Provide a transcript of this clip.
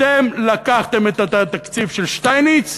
אתם לקחתם את התקציב של שטייניץ,